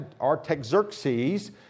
Artaxerxes